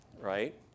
right